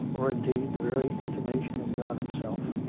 or indeed, the very inti mation of god himself,